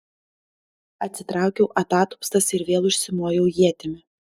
atsitraukiau atatupstas ir vėl užsimojau ietimi